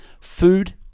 food